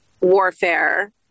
warfare